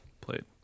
played